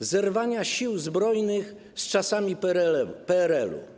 zerwania Sił Zbrojnych z czasami PRL.